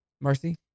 Mercy